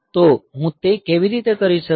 તો હું તે કેવી રીતે કરી શકું